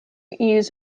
use